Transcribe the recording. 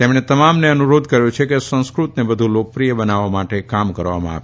તેમણે તમામને અનુરોધ કર્યો છે કે સંસ્કૃતને વધુ લોકપ્રિય બનાવવા માટે કામ કરવામાં આવે